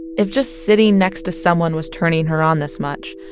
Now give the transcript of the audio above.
if just sitting next to someone was turning her on this much,